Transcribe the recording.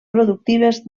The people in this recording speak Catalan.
productives